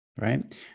right